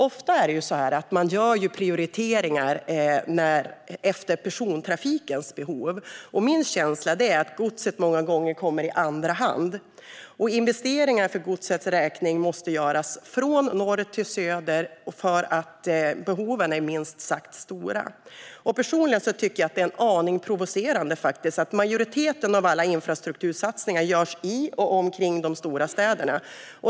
Ofta görs prioriteringar efter persontrafikens behov, och min känsla är att godset många gånger kommer i andra hand. Investeringar för godsets räkning måste göras från norr till söder, för behoven är minst sagt stora. Personligen tycker jag att det är en aning provocerande att majoriteten av alla infrastruktursatsningar görs i och omkring de stora städerna.